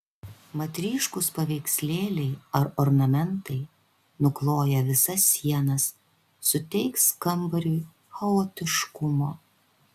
mat ryškūs paveikslėliai ar ornamentai nukloję visas sienas suteiks kambariui chaotiškumo